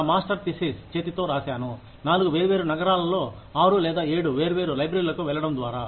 నా master thesis చేతితో రాశాను 4 వేర్వేరు నగరాల్లో ఆరు లేదా ఏడు వేర్వేరు లైబ్రరీలకు వెళ్లడం ద్వారా